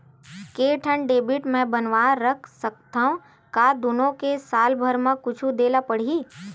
के ठन डेबिट मैं बनवा रख सकथव? का दुनो के साल भर मा कुछ दे ला पड़ही?